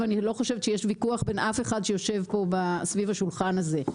ואני לא חושבת שיש ויכוח בין אף אחד שיושב פה סביב השולחן הזה.